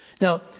Now